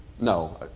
No